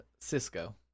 cisco